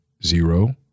Zero